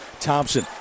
Thompson